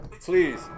please